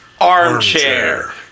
Armchair